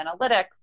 Analytics